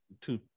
two